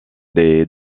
des